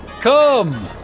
Come